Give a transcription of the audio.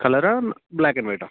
cholera black and వైటా